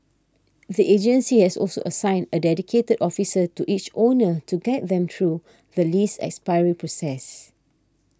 the agency has also assigned a dedicated officer to each owner to guide them through the lease expiry process